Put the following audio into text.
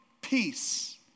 peace